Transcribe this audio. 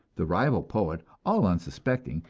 the rival poet, all unsuspecting,